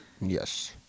Yes